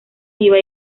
viva